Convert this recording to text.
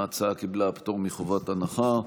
ההצעה קיבלה פטור מחובת הנחה.